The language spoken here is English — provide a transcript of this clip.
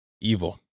evil